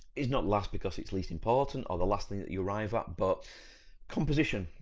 is not last because it's least important or the last thing that you arrive at but composition,